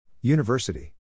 University